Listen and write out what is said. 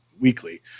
weekly